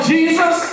Jesus